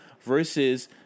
versus